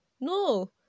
No